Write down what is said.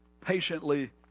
patiently